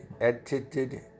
edited